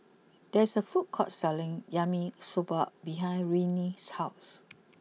there is a food court selling Yaki Soba behind Riley's house